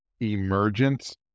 emergence